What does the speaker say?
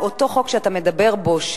אותו חוק שאתה מדבר בו,